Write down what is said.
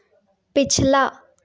पिछला